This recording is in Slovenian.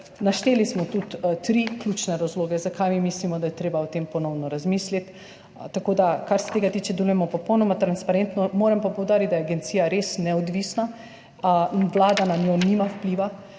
Našteli smo tudi tri ključne razloge, zakaj mi mislimo, da je treba o tem ponovno razmisliti. Tako da, kar se tega tiče, delujemo popolnoma transparentno. Moram pa poudariti, da je agencija res neodvisna, Vlada na njo nima vpliva